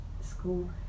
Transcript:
school